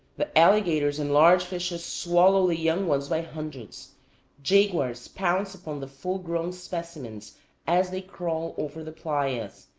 the alligators and large fishes swallow the young ones by hundreds jaguars pounce upon the full-grown specimens as they crawl over the plaias,